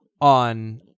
on